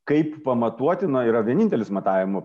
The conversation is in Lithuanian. kaip pamatuoti na yra vienintelis matavimo